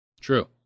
True